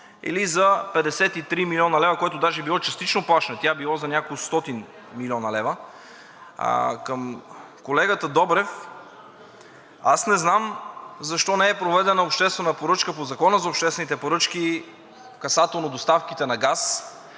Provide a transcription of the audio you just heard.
или за 53 млн. лв., което даже е било частично плащане. Тя била за няколкостотин милиона лева. Към колегата Добрев, не знам защо не е проведена обществена поръчка по Закона за обществените поръчки касателно доставките на газ.